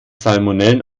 salmonellen